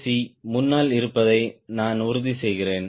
c முன்னால் இருப்பதை நான் உறுதி செய்கிறேன்